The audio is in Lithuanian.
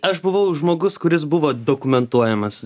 aš buvau žmogus kuris buvo dokumentuojamas